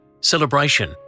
celebration